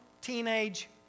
teenage